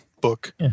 book